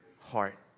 heart